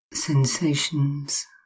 Sensations